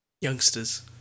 youngsters